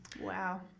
Wow